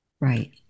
right